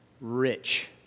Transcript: rich